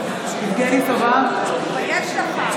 יבגני סובה,